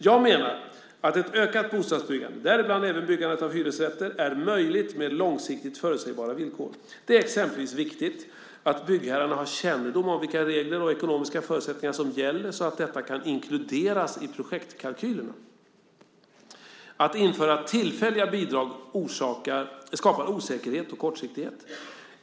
Jag menar att ett ökat bostadsbyggande, däribland även byggande av hyresrätter, är möjligt med långsiktigt förutsägbara villkor. Det är exempelvis viktigt att byggherrarna har kännedom om vilka regler och ekonomiska förutsättningar som gäller så att detta kan inkluderas i projektkalkylerna. Att införa tillfälliga bidrag skapar osäkerhet och kortsiktighet.